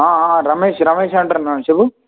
రమేష్ రమేష్ అంటుంన్నా చెప్పు